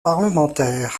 parlementaire